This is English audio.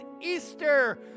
Easter